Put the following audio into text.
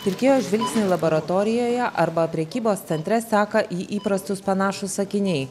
pirkėjo žvilgsnį laboratorijoje arba prekybos centre seka į įprastus panašūs akiniai